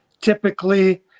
Typically